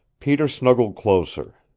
peter snuggled closer.